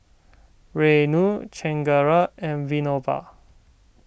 Renu Chengara and Vinoba